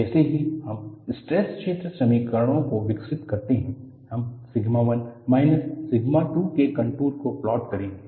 जैसे ही हम स्ट्रेस क्षेत्र समीकरणों को विकसित करते हैं हम सिग्मा 1 माइनस सिग्मा 2 के कन्टूरस को प्लॉट करेंगे